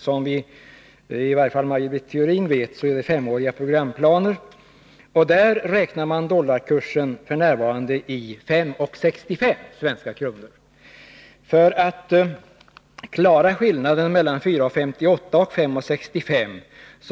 Som i varje fall Maj Britt Theorin vet är det femåriga programplaner, och där räknar man f. n. dollarkursen i 5:65 svenska kronor. För att klara skillnaden mellan 4:58 och 5:65